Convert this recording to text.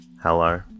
Hello